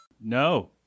no